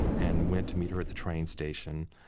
and went to meet her at the train station.